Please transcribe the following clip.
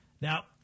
Now